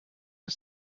ist